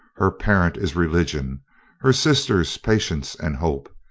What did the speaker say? her parent is religion her sisters, patience and hope.